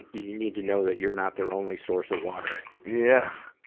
you need to know that you're not their only source of water. yeah.